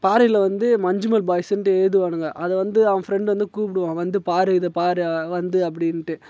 பாறையில் வந்து மஞ்சுமெல் பாய்ஸ்ஸுன்ட்டு எழுதுவானுங்க அதை வந்து அவன் ஃப்ரெண்டு வந்து கூப்பிடுவான் வந்து பார் இதை பார் வந்து அப்படின்ட்டு